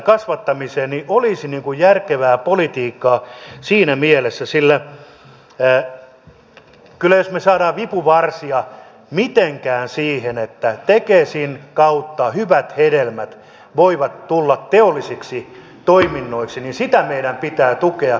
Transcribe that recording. se olisi järkevää politiikkaa siinä mielessä että jos me saamme vipuvarsia mitenkään siihen että tekesin kautta hyvät hedelmät voivat tulla teollisiksi toiminnoiksi kyllä sitä meidän pitää tukea